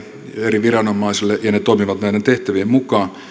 eri viranomaisille ja ne toimivat näiden tehtävien mukaan